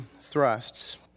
thrusts